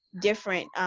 different